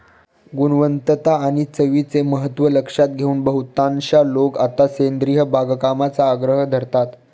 गुणवत्ता आणि चवीचे महत्त्व लक्षात घेऊन बहुतांश लोक आता सेंद्रिय बागकामाचा आग्रह धरतात